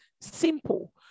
simple